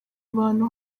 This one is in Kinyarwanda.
abantu